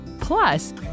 Plus